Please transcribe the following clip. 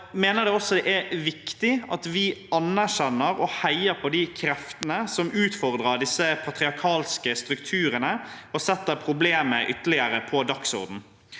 Vi mener det også er viktig at vi anerkjenner og heier på de kreftene som utfordrer disse patriarkalske strukturene, og setter problemet ytterligere på dagsordenen.